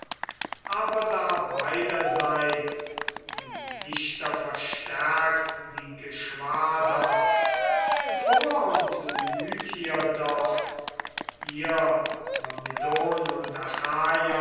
aber da beiderseits sie dichter verstärkt die geschwader troer und lykier dort hier myrmidon